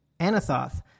Anathoth